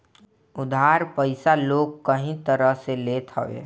उधार पईसा लोग कई तरही से लेत हवे